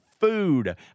food